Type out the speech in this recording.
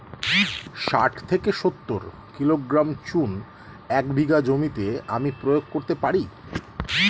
শাঠ থেকে সত্তর কিলোগ্রাম চুন এক বিঘা জমিতে আমি প্রয়োগ করতে পারি?